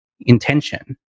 intention